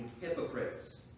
hypocrites